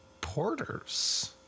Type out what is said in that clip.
porters